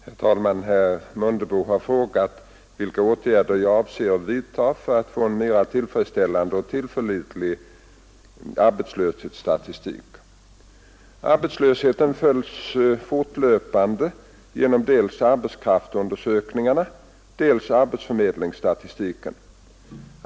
Herr talman! Herr Mundebo har frågat vilka åtgärder jag avser att vidta för att få en mera tillfredsställande och tillförlitlig arbetslöshetsstatistik. Arbetslösheten följs fortlöpande genom dels arbetskraftsundersökningarna, dels arbetsförmedlingsstatistiken.